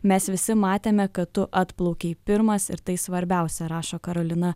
mes visi matėme kad tu atplaukei pirmas ir tai svarbiausia rašo karolina